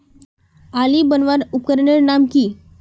आली बनवार उपकरनेर नाम की?